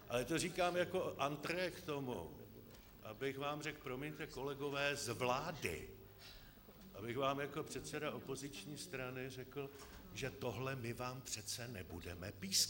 Ale to říkám jako entrée k tomu, abych vám řekl, promiňte, kolegové z vlády, abych vám jako předseda opoziční strany řekl, že tohle my vám přece nebudeme pískat.